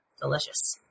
delicious